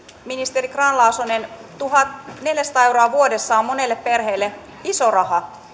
ministeri grahn laasonen tuhatneljäsataa euroa vuodessa on monelle perheelle iso raha